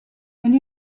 elle